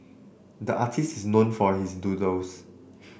the artists is known for his doodles